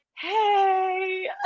hey